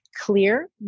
clear